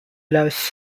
allows